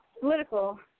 political